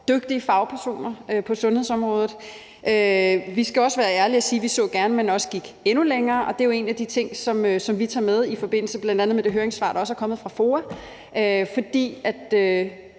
dygtige fagpersoner på sundhedsområdet. Vi skal også være ærlige og sige, at vi gerne så, at man også gik endnu længere, og det er jo en af de ting, som vi tager med i forbindelse med bl.a. det høringssvar, der også er kommet fra FOA, for der